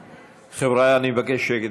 חבריא, אני מבקש שקט.